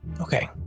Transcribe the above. Okay